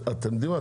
אתם יודעים מה?